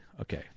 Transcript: Okay